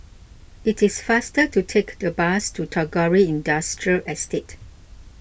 it is faster to take the bus to Tagore Industrial Estate